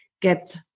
get